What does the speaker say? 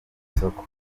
isoko